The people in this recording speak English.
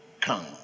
come